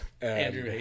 Andrew